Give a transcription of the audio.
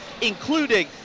including